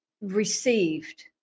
received